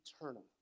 eternal